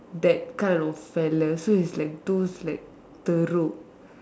that kind of fella so it's those like teruk